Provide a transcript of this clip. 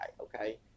okay